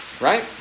right